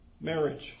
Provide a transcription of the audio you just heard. marriage